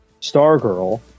Stargirl